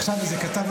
עכשיו איזה כתב,